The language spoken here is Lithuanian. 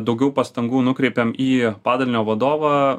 daugiau pastangų nukreipiam į padalinio vadovą